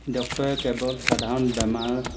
ডক্তৰে কেৱল সাধাৰণ বেমাৰ